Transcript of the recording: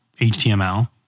HTML